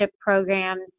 programs